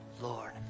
Lord